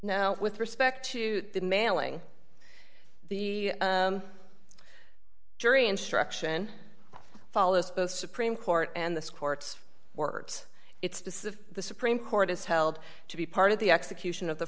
now with respect to the mailing the jury instruction follows the supreme court and this court's words it's this if the supreme court is held to be part of the execution of the